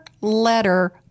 letter